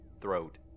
throat